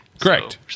Correct